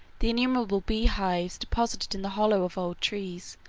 the innumerable bee-hives deposited in the hollow of old trees,